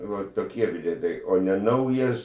va tokie epitetai o ne naujas